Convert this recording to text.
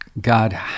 God